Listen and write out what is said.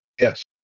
Yes